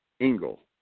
Engel